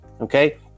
okay